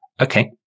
okay